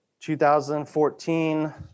2014